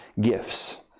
gifts